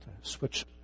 switch